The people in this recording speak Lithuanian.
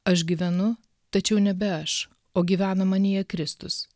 aš gyvenu tačiau nebe aš o gyvena manyje kristus